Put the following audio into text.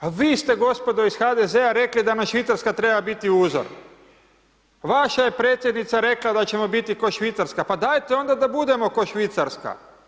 A vi ste gospodo iz HDZ-a rekli da nam Švicarska treba biti uzor, vaša je predsjednica rekla da ćemo biti k'o Švicarska, pa dajte onda da budemo k'o Švicarska.